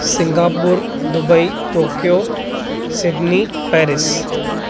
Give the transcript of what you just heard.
Singapore Dubai Tokyo Sydney Paris